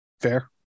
Fair